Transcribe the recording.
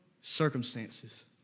circumstances